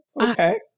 okay